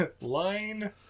Line